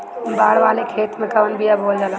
बाड़ वाले खेते मे कवन बिया बोआल जा?